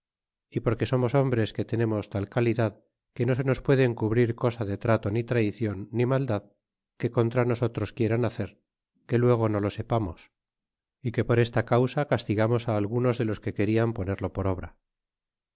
y porque somos hombres que tenemos tal calidad que no se nos puede encubrir cosa de trato ni traicion ni maldad que contra nosotros quieran hacer que luego no lo sepamos é que por esta causa castigamos á algunos de los que querian ponerlo por obra